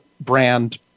Brand